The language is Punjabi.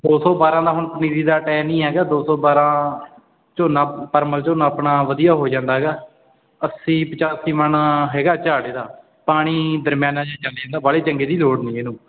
ਦੋ ਸੌ ਬਾਰਾਂ ਦਾ ਹੁਣ ਪਨੀਰੀ ਦਾ ਟਾਈਮ ਹੀ ਹੈਗਾ ਦੋ ਸੌ ਬਾਰਾਂ ਝੋਨਾ ਪਰਮਲ ਝੋਨਾ ਆਪਣਾ ਵਧੀਆ ਹੋ ਜਾਂਦਾ ਹੈਗਾ ਅੱਸੀ ਪਚਾਸੀ ਮਣ ਹੈਗਾ ਝਾੜ ਇਹਦਾ ਪਾਣੀ ਦਰਮਿਆਨਾ ਜਿਹਾ ਚਲ ਜਾਂਦਾ ਬਾਹਲੇ ਚੰਗੇ ਦੀ ਲੋੜ ਨਹੀਂ ਇਹਨੂੰ